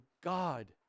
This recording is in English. God